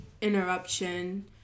interruption